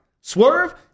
Swerve